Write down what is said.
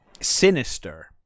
sinister